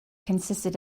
consisted